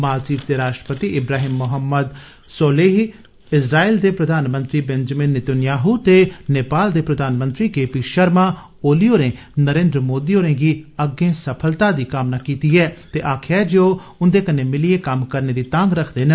मालद्वीप दे राष्ट्रपति इब्रहिम मोहम्मद सोलीह इसरायल दे प्रधानमंत्री बेन्जामिन नेतनयाहू ते नेपाल दे प्रधानमंत्री के पी षर्मा ओली होरें नरेन्द्र मोदी होरें गी अग्गें सफलता दी कामना कीती ऐ ते आक्खेआ ऐ जे ओह उंदे कन्नै मिलियै कम्म करने दी तांग रखदे न